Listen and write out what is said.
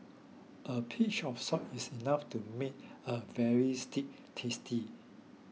a pinch of salt is enough to make a very stew tasty